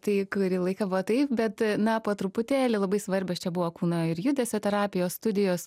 tai kurį laiką va taip bet na truputėlį labai svarbios čia buvo kūno ir judesio terapijos studijos